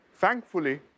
Thankfully